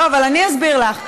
לא, אבל אני אסביר לך.